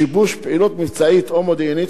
שיבוש פעילות מבצעית או מודיעינית,